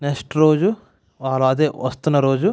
next రోజు అదే వాళ్ళు వస్తున్న రోజు